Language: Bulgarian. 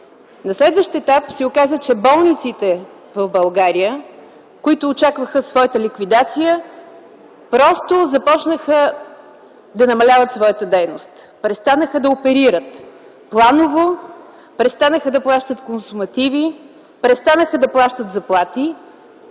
На следващ етап се оказа, че болниците в България, които очакваха своята ликвидация, просто започнаха да намаляват своята дейност – престанаха да оперират планово, престанаха да плащат консумативи, престанаха да плащат заплати.